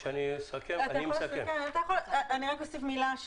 אני רק אוסיף מילה.